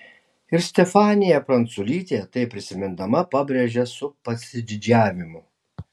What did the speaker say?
ir stefanija pranculytė tai prisimindama pabrėžia su pasididžiavimu